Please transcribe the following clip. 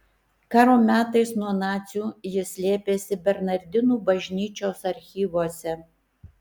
karo metais nuo nacių jis slėpėsi bernardinų bažnyčios archyvuose